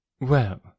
Well